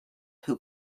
who